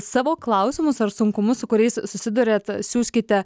savo klausimus ar sunkumus su kuriais susiduriat siųskite